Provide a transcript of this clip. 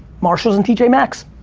marshalls and t j. maxx.